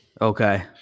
okay